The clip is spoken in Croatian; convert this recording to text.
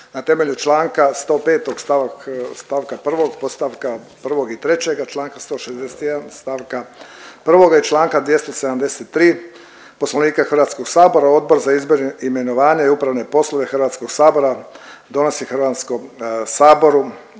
Na temelju članka 105. stavka 1. podstavka 1. i 3. članka 161. stavka 1. i članka 273. Poslovnika Hrvatskog sabora Odbor za izbor, imenovanje i upravne poslove Hrvatskog sabora donosi Hrvatskom saboru